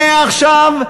מעכשיו,